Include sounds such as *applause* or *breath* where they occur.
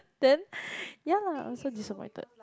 then *breath* ya lah so disappointed